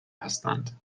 هستند